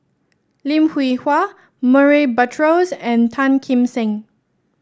Lim Hwee Hua Murray Buttrose and Tan Kim Seng